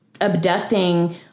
abducting